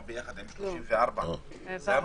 יחד עם 34. זה הנוסח?